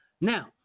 Now